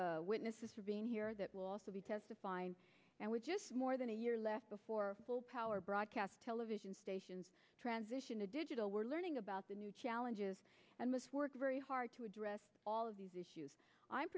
the witnesses for being here that will also be testifying and we're just more than a year left before our broadcast television stations transition to digital we're learning about the new challenges and must work very hard to address all of these issues i'm